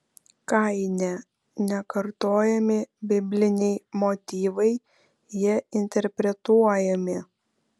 kaine nekartojami bibliniai motyvai jie interpretuojami